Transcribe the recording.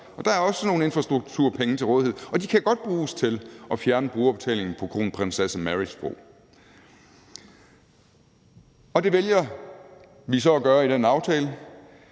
og der er også nogle infrastrukturpenge til rådighed, og de kan godt bruges til at fjerne brugerbetalingen på Kronprinsesse Marys Bro. Det vælger vi så at gøre i den aftale,